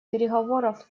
переговоров